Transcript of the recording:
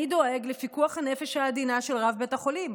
אני דואג לפיקוח הנפש העדינה של רב בית החולים.